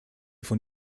von